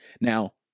Now